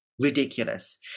ridiculous